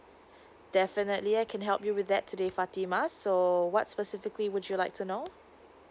definitely I can help you with that today fatimuh so what specifically would you like to know